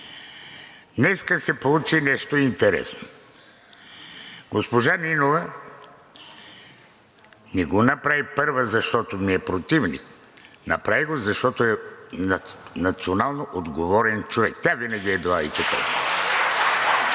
Днес се получи нещо интересно. Госпожа Нинова не го направи първа, защото ми е противник, направи го, защото е националноотговорен човек. Тя винаги е била